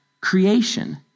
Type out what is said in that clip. creation